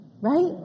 Right